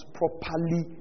properly